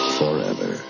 forever